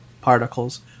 particles